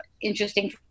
interesting –